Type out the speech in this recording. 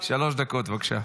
שלוש דקות, בבקשה.